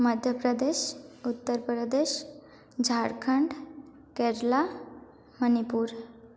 Madhya Pradesh Uttar Pradesh Jharkhand Kerala Manipur